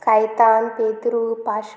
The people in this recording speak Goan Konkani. कायतान पेद्रू पाश्काल